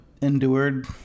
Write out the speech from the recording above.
endured